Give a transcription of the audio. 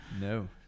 No